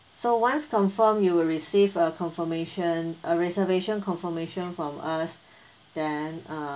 so once confirmed you will receive a confirmation a reservation confirmation from us then uh